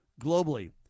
globally